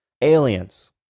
Aliens